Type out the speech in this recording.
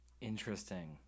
Interesting